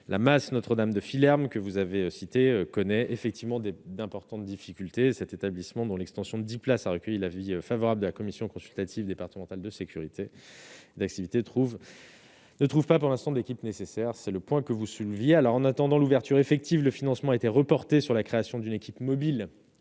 la masse Notre-Dame de filet armes que vous avez cité connaît effectivement d'importantes difficultés cet établissement dans l'extension de 10 place a recueilli l'avis favorable de la commission consultative départementale de sécurité d'activité trouve ne trouve pas, pour l'instant de l'équipe nécessaire, c'est le point que vous souleviez alors en attendant l'ouverture effective le financement était reporté sur la création d'une équipe mobile